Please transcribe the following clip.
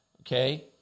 okay